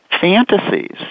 fantasies